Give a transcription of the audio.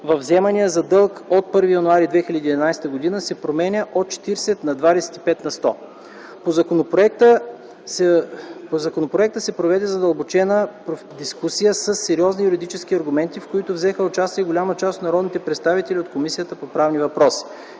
във вземания за дълг от 1 януари 2011 г. се променя от 40 на 25 на сто. По законопроекта се проведе задълбочена дискусия със сериозни юридически аргументи, в която взеха участие голяма част от народните представители от Комисията по правни въпроси.